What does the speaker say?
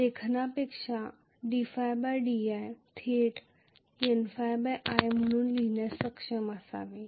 लेखनापेक्षा ddi थेट Nϕi म्हणून लिहिण्यास सक्षम असावे